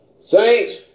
Saints